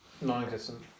Non-existent